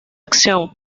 acción